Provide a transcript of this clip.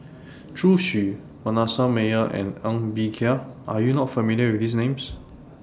Zhu Xu Manasseh Meyer and Ng Bee Kia Are YOU not familiar with These Names